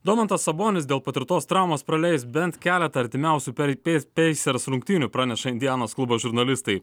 domantas sabonis dėl patirtos traumos praleis bent keletą artimiausių per peis peisers rungtynių praneša indianos klubo žurnalistai